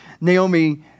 Naomi